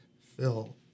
fill